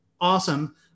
awesome